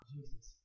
Jesus